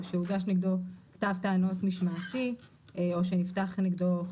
כתב טענות משמעתי כנגד מבקש הרישיון,